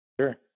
Sure